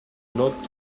lot